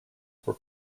were